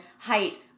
height